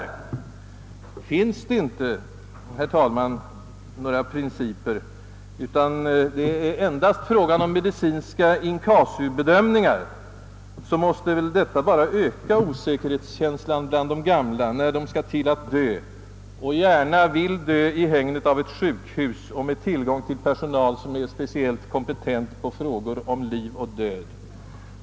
Om det, herr talman, inte finns några generella principer utan det enbart är fråga om medicinska bedömningar in casu, måste väl detta bara öka osäkerhetskänslan bland de gamla när de skall till att dö och gärna vill dö i hägnet av ett sjukhus och med tillgång till personal som är speciellt kompetent när det gäller frågor om liv och död.